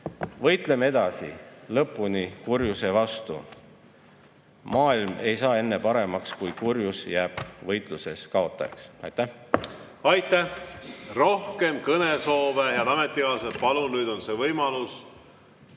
Võitleme edasi, lõpuni kurjuse vastu! Maailm ei saa enne paremaks, kui kurjus jääb võitluses kaotajaks. Aitäh! Aitäh! Rohkem kõnesoove? Head ametikaaslased, palun, nüüd on see võimalus!